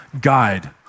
guide